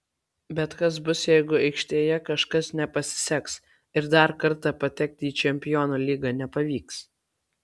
bet kas bus jeigu aikštėje kažkas nepasiseks ir dar kartą patekti į čempionų lygą nepavyks